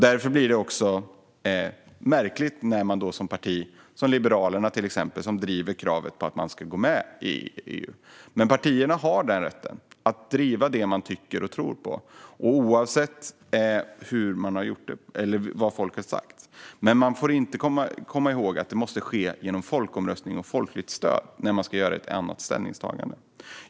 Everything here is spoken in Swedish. Därför blir det hela lite märkligt. Man kan som parti, till exempel Liberalerna, driva kravet på att man ska gå med i eurosamarbetet. Partierna har denna rätt att driva det man tycker och tror på oavsett vad folket har sagt. Man får dock komma ihåg att det måste ske genom folkomröstning och folkligt stöd när man ska göra ett annat ställningstagande.